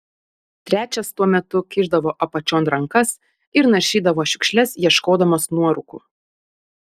trečias tuo metu kišdavo apačion rankas ir naršydavo šiukšles ieškodamas nuorūkų